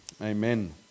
amen